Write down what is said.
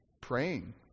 Praying